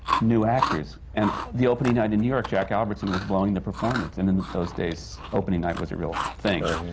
knew actors. and the opening night in new york, jack albertson was blowing the performance, and in those days, opening night was a real thing.